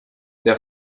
der